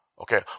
Okay